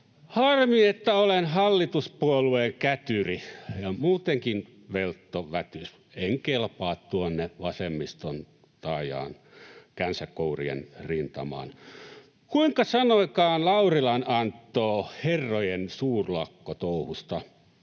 Harmi, että olen hallituspuolueen kätyri ja muutenkin veltto vätys. En kelpaa tuonne vasemmiston taajaan känsäkourien rintamaan. Kuinka sanoikaan Laurilan Anttoo herrojen suurlakkotouhusta?